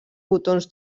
botons